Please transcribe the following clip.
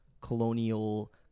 colonial